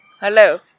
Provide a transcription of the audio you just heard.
Hello